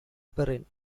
perrin